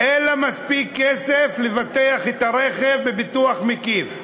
אין לה מספיק כסף לבטח את הרכב בביטוח מקיף.